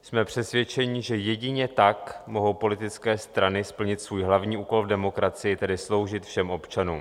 Jsme přesvědčeni, že jedině tak mohou politické strany splnit svůj hlavní úkol v demokracii, tedy sloužit všem občanům.